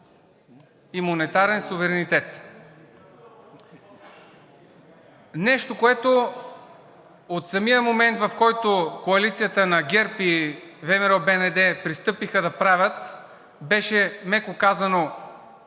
и монетарен суверенитет. Нещо, което от самия момент, в който коалицията на ГЕРБ и ВМРО - БНД пристъпиха да правят, беше, меко казано,